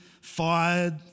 fired